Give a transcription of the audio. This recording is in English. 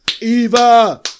Eva